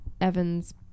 Evan's